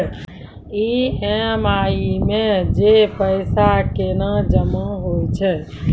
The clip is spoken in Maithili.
ई.एम.आई मे जे पैसा केना जमा होय छै?